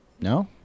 No